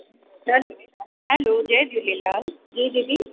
हल हेलो जय झूलेलाल जी दीदी